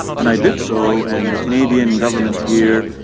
and i did so, and the canadian government here,